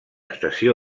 estació